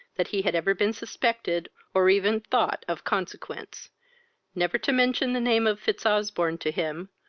that he had ever been suspected, or even thought of consequence never to mention the name of fitzosbourne to him,